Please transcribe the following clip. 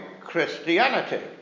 christianity